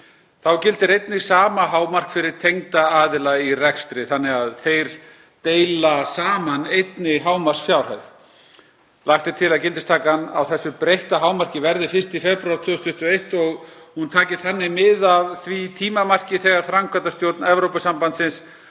Þá gildir einnig sama hámark fyrir tengda aðila í rekstri, þannig að þeir deila saman einni hámarksfjárhæð. Lagt er til að gildistakan á þessu breytta hámarki verði 1. febrúar 2021 og hún taki þannig mið af því tímamarki þegar framkvæmdastjórn Evrópusambandsins